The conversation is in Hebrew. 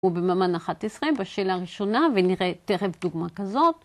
ובממן 11 בשאלה הראשונה, ונראה תכף דוגמה כזאת.